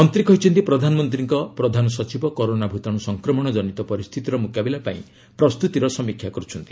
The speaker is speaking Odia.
ମନ୍ତ୍ରୀ କହିଛନ୍ତି ପ୍ରଧାନମନ୍ତ୍ରୀଙ୍କ ପ୍ରଧାନ ସଚିବ କରୋନା ଭୂତାଣୁ ସଂକ୍ରମଣ ଜନିତ ପରିସ୍ଥିତିର ମୁକାବିଲା ପାଇଁ ପ୍ରସ୍ତୁତିର ସମୀକ୍ଷା କରୁଛନ୍ତି